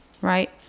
Right